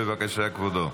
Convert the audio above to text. בבקשה, כבודו.